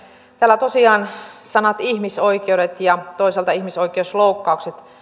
täällä tosiaan sanat ihmisoikeudet ja toisaalta ihmisoikeusloukkaukset